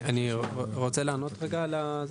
אני רוצה לענות על זה.